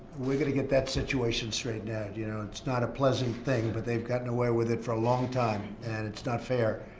we're going to get that situation straightened out, you know? it's not a pleasant thing, but they've gotten away with it for a long time, and it's not fair,